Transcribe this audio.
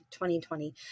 2020